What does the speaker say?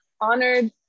honored